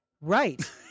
Right